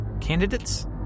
Candidates